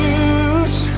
use